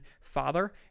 father